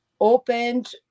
opened